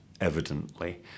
evidently